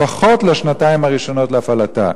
לפחות לשנתיים הראשונות להפעלתה.